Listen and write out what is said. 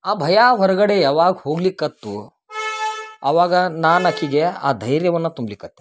ಆ ಭಯ ಹೊರಗಡೆ ಯಾವಾಗ ಹೋಗ್ಲಿಕತ್ತು ಅವಾಗ ನಾನು ಆಕಿಗೆ ಆ ಧೈರ್ಯವನ್ನ ತುಂಬ್ಲಿಕತ್ತೆ